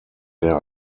der